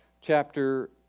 Chapter